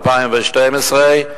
ל-2012,